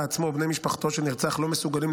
עצמו או בני משפחתו של נרצח לא מסוגלים,